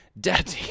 daddy